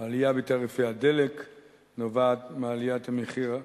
העלייה בתעריפי הדלק נובעת מעליית המחיר הבין-לאומי,